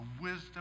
wisdom